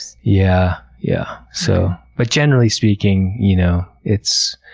yeah yeah, so. but generally speaking, you know it's